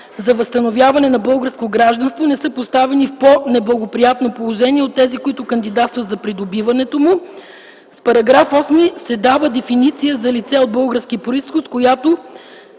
за възстановяване на българско гражданство, не са поставени в по-неблагоприятно положение от тези, които кандидатстват за придобиването му. С § 8 се дава дефиниция за лице от български произход, с която